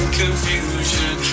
confusion